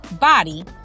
body